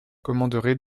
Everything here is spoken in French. commanderait